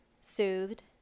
soothed